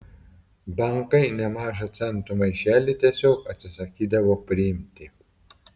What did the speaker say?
bankai nemažą centų maišelį tiesiog atsisakydavo priimti